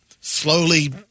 slowly